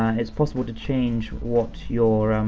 ah it's possible to change what your um